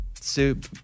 soup